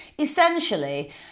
essentially